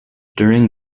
during